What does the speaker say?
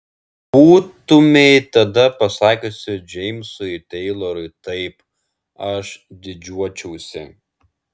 būtumei tada pasakiusi džeimsui teilorui taip aš didžiuočiausi